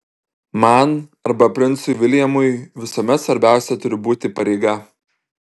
man arba princui viljamui visuomet svarbiausia turi būti pareiga